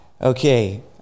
okay